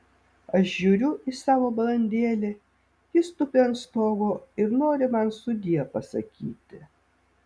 aš žiūriu į savo balandėlį jis tupi ant stogo ir nori man sudie pasakyti